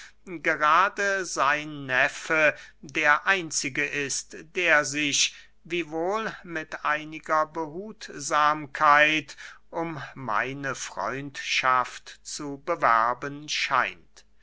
gerade sein neffe der einzige ist der sich wiewohl mit einiger behutsamkeit um meine freundschaft zu bewerben scheint